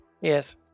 Yes